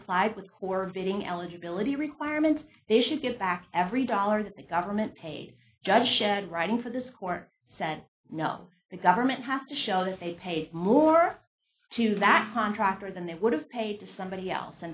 complied with coordinating eligibility requirements they should get back every dollar that the government paid judge shed writing for this court said no the government has to show that they paid more to that contractor than they would have paid to somebody else